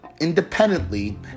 independently